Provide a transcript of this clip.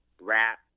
rap